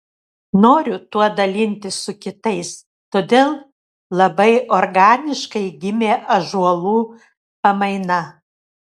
noriu tuo dalintis su kitais todėl labai organiškai gimė ąžuolų pamaina